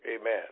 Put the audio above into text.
Amen